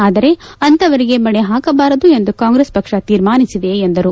ಆದರೆ ಅಂತಹವರಿಗೆ ಮಣೆ ಹಾಕಬಾರದು ಎಂದು ಕಾಂಗ್ರೆಸ್ ಪಕ್ಷ ತೀರ್ಮಾನಿಸಿದೆ ಎಂದರು